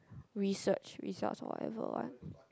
research results or whatever what